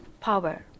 power